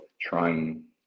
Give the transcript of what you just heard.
trying